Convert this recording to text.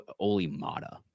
Olimata